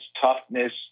toughness